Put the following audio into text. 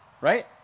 right